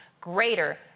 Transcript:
greater